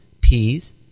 peas